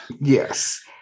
Yes